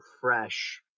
fresh